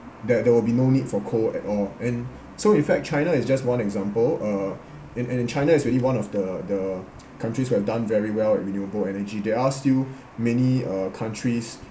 there there will be no need for coal at all and so in fact china is just one example uh and and china is really one of the the countries who have done very well in renewable energy there are still many uh countries